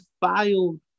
filed